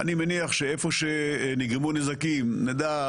אני מניח שאיפה שנגרמו נזקים נדע,